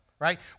right